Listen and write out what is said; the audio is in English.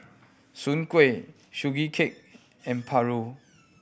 Soon Kuih Sugee Cake and paru